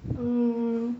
mm